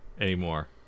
anymore